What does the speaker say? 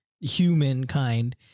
humankind